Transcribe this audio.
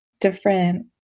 different